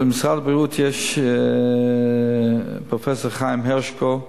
במשרד הבריאות יש פרופסור חיים הרשקו,